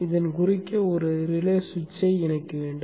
இதன் குறுக்கே ஒரு ரிலே சுவிட்சைஐ இணைக்க வேண்டும்